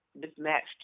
mismatched